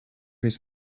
his